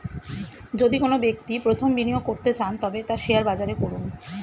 যদি কোনো ব্যক্তি প্রথম বিনিয়োগ করতে চান তবে তা শেয়ার বাজারে করুন